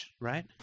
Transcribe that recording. right